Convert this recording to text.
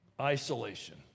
Isolation